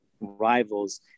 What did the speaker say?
rivals